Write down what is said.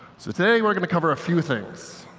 so today we're going to cover a few things.